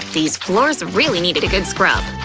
these floors really needed a good scrub!